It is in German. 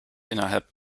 innerhalb